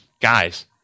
guys